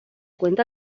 cuenta